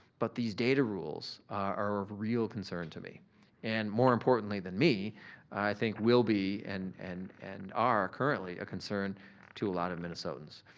but these data rules are of real concern to me and more importantly than me i think will be and and and are currently a concern to a lot of minnesotans.